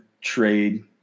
trade